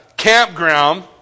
campground